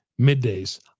middays